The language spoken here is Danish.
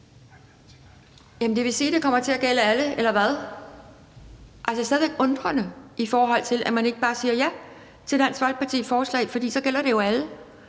Jamen vil det sige, at det kommer til at gælde alle – eller hvad? Altså, jeg er stadig forundret over, at man ikke bare siger ja til Dansk Folkepartis forslag, for så gælder det jo alle.